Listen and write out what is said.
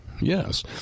Yes